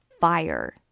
fire